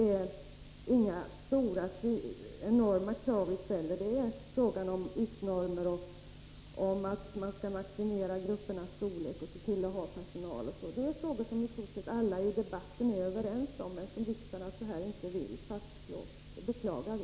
Det är inga enorma krav vi ställer, utan det är fråga om att man skall ha ytnormer och att man skall maximera gruppernas storlek och se till att det finns personal. Det är sådant som i stort sett alla i debatten är överens om men som riksdagen inte vill fastslå. Det begklagar vi.